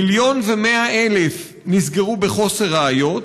1.1 מיליון נסגרו מחוסר ראיות,